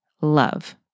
love